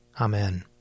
Amen